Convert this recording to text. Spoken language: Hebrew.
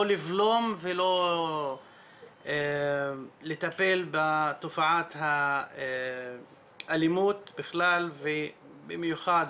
לא לבלום ולא לטפל בתופעת האלימות בכלל ובמיוחד